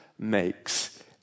makes